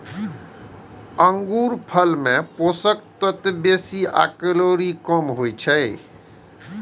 अंगूरफल मे पोषक तत्व बेसी आ कैलोरी कम होइ छै